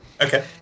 Okay